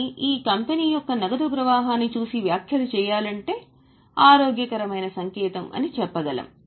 కాని ఈ కంపెనీ యొక్క నగదు ప్రవాహాన్ని చూసి వ్యాఖ్యలు చేయాలంటే ఆరోగ్యకరమైన సంకేతం అని చెప్పగలం